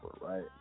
right